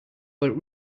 but